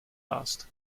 last